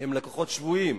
הם לקוחות שבויים,